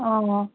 অঁ